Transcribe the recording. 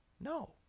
No